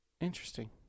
Interesting